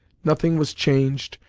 nothing was changed,